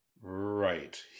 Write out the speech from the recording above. Right